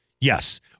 Yes